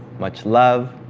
much love.